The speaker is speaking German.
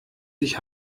sich